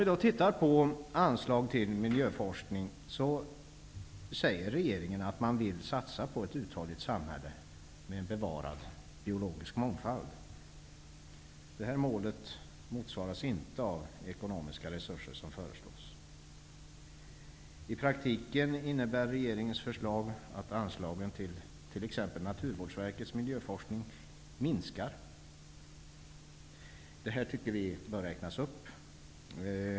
Vad gäller anslag till miljöforskning säger regeringen att man vill satsa på ett uthålligt samhälle med en bevarad biologisk mångfald. Mot detta mål svarar inte de ekonomiska resurser som föreslås. I praktiken innebär regeringens förslag att anslagen till exempelvis Naturvårdsverkets miljöforskning minskar. Vi tycker att de bör räknas upp.